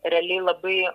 realiai labai